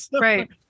right